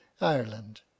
Ireland